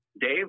Dave